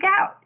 out